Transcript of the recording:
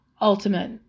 ultimate